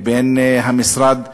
למשרד התיירות,